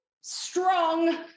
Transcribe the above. strong